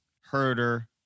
Herder